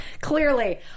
Clearly